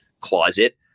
closet